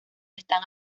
están